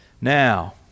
Now